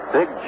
Big